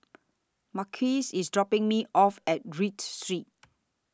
Marquise IS dropping Me off At Read Street